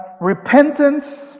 Repentance